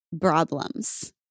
problems